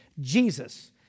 Jesus